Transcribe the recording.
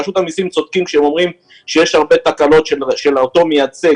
רשות המסים צודקת כשהיא אומרת שיש הרבה תקלות של אותו מייצג,